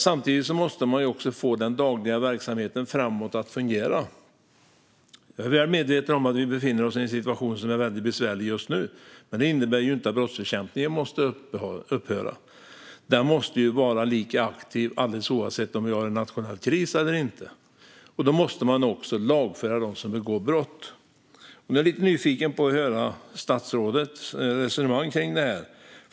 Samtidigt måste dock den dagliga verksamheten fungera framgent. Jag är väl medveten om att vi befinner oss i en situation som är väldigt besvärlig just nu, men det innebär inte att brottsbekämpningen måste upphöra. Den måste vara lika aktiv oavsett om vi har en nationell kris eller inte. Då måste också de som begår brott lagföras. Jag är lite nyfiken på att få höra statsrådets resonemang om detta.